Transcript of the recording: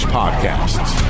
podcasts